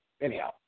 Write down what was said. Anyhow